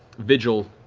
vigil,